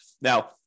Now